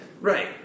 Right